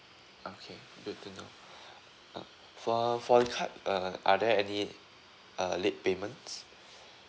okay good to know uh for uh for the card uh are there any uh late payment